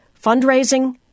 fundraising